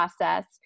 process